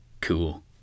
Cool